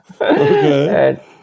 Okay